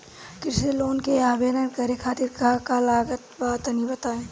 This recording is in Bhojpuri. कृषि लोन के आवेदन करे खातिर का का लागत बा तनि बताई?